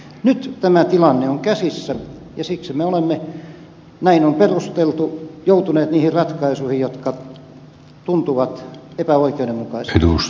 nyt tämä tilanne on käsissä ja siksi me olemme näin on perusteltu joutuneet niihin ratkaisuihin jotka tuntuvat epäoikeudenmukaisilta